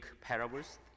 parables